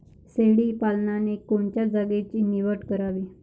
शेळी पालनाले कोनच्या जागेची निवड करावी?